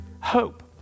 hope